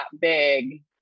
big